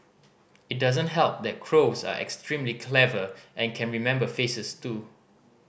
it doesn't help that crows are extremely clever and can remember faces too